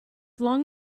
long